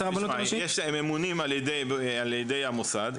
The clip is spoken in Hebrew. הם ממונים על ידי המוסד,